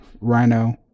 Rhino